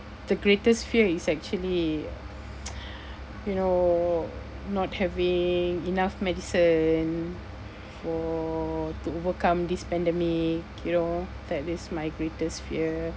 the greatest fear is actually you know not having enough medicine for to overcome this pandemic you know that is my greatest fear